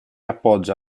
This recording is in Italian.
appoggia